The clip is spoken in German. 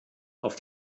auf